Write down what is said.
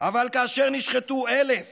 אבל / כאשר נשחטו אלף